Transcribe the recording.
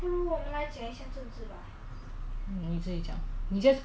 你 just 跟我你 input 我 with information I don't know anything about politics